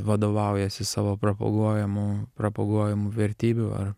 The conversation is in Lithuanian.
vadovaujasi savo propaguojamų propaguojamų vertybių ar